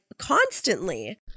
Constantly